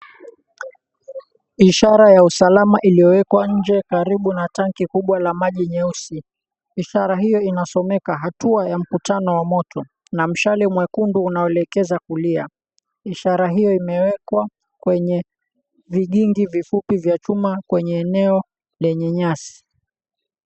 Ishara ya usalama iliyowekwa nje karibu na tanki kubwa ya maji nyeusi. Ishara hiyo inasomeka, Hatua ya Mkutano wa Moto na mshale mwekundu unaelekeza kulia. Ishara hiyo imewekwa kwenye vigingi vifupi vya chuma kwenye enoe lenye nyasi.